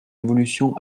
évolution